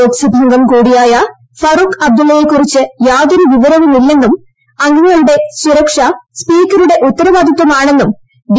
ലോക് സഭാംഗംകൂടിയായ ഫറൂഖ്അബ്ദുള്ളയെകുറിച്ച്യാതൊരുവീപ്രുവു്ംഇല്ലെന്നുംഅംഗങ്ങളുടെസുര ക്ഷ സ്പീക്കറുടെഉത്തരവാദിത്ഥാണെന്നുംഡി